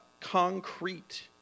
concrete